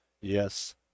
Yes